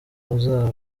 uzaba